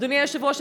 אדוני היושב-ראש,